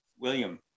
William